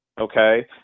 Okay